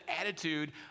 attitude